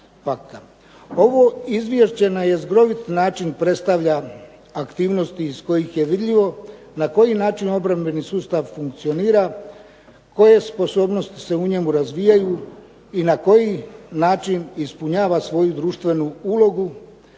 Ovo izvješće na jezgrovit način predstavlja aktivnosti iz kojih je vidljivo na koji način obrambeni sustav funkcionira, koje sposobnosti se u njemu razvijaju i na koji način ispunjava svoju društvenu ulogu,